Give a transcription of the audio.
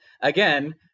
again